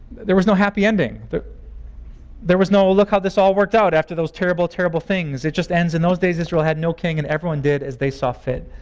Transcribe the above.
there was no happy ending. there there was no, look how this all worked out after those terrible, terrible things. it just ends, in those days, israel had no king and everyone did as they saw fit.